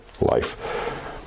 life